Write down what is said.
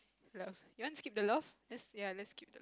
love you want skip the love let's ya let's skip